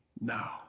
now